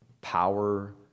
power